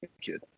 kid